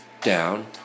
Down